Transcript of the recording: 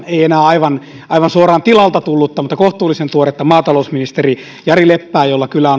ei enää aivan aivan suoraan tilalta tullutta mutta kohtuullisen tuoretta maatalousministeri jari leppää jolla kyllä